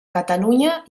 catalunya